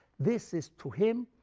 this is, to him,